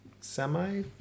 semi